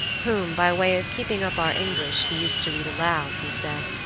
whom, by way of keeping up our english, he used to read aloud, he said